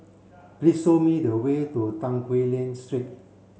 please show me the way to Tan Quee Lan Street